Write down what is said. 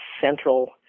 central